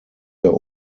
der